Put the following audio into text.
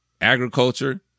agriculture